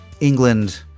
England